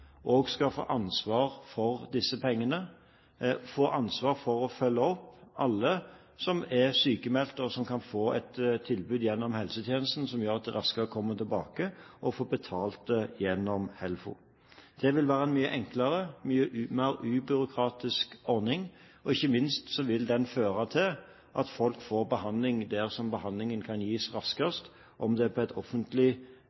skal få ansvar for disse pengene, få ansvar for å følge opp alle som er sykmeldte, og som kan få et tilbud gjennom helsetjenesten, som gjør at en kommer raskere tilbake og får betalt gjennom HELFO. Det vil være en mye enklere og en mye mer ubyråkratisk ordning. Ikke minst vil den føre til at folk får behandling der hvor behandlingen kan gis